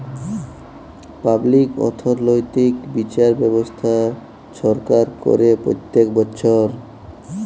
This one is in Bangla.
পাবলিক অথ্থলৈতিক বিচার ব্যবস্থা ছরকার ক্যরে প্যত্তেক বচ্ছর